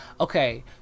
Okay